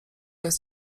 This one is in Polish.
jest